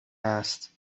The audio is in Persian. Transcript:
است